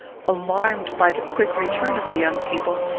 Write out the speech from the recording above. alarmed by the quick return of the young people,